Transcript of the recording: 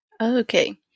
Okay